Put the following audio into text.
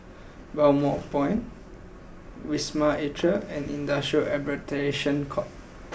Balmoral Point Wisma Atria and Industrial Arbitration Court